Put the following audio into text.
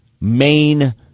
main